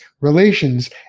relations